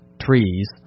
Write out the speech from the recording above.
trees